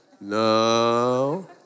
No